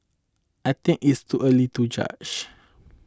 I think it's too early to judge